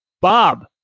Bob